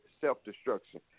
self-destruction